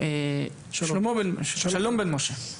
שלום בן משה,